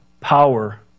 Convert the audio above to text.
power